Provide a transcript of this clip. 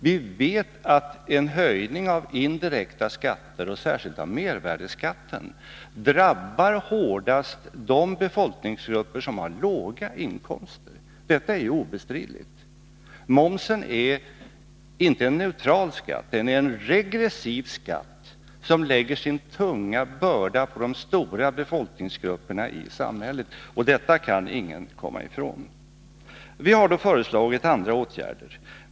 Vi vet att en höjning av indirekta skatter, och särskilt av mervärdeskatten, hårdast drabbar de befolkningsgrupper som har låga inkomster. Det är obestridligt. Momsen är inte en neutral skatt, den är en regressiv skatt, som lägger sin tunga börda på de stora befolkningsgrupperna i samhället. Det kan ingen komma ifrån. Vi har då föreslagit andra åtgärder.